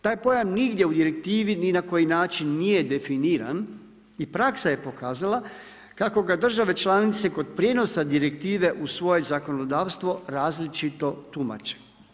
Taj pojam nigdje u direktivi, ni na koji način nije definiran i praksa je pokazala kako ga države članice kod prijenosa direktive u svoje zakonodavstvo različito tumače.